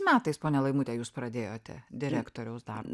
metais ponia laimute jūs pradėjote direktoriaus dar